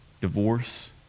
divorce